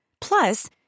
Plus